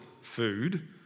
food